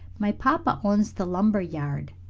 my papa owns the lumber yard.